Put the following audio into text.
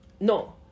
no